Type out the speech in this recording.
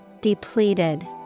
Depleted